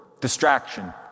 Distraction